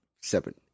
seven